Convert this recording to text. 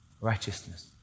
Righteousness